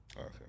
Okay